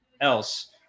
else